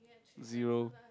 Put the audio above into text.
zero